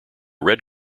red